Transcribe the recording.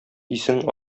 исең